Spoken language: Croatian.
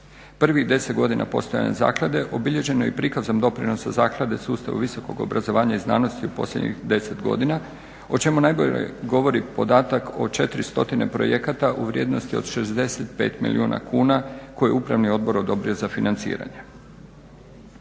Privih 10 godina postojanja zaklade obilježeno je i prikazom doprinosa zaklada sustavu visokog obrazovanja i znanosti u posljednjih 10 godina o čemu najbolje govori podatak o 400 projekata u vrijednosti od 65 milijuna kuna koje je upravni odbor odobrio za financiranje.